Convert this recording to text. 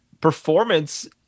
performance